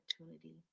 opportunity